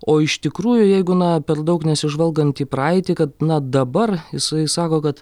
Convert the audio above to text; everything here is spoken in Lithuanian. o iš tikrųjų jeigu na per daug nesižvalgant į praeitį kad na dabar jisai sako kad